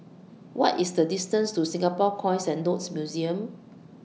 What IS The distance to Singapore Coins and Notes Museum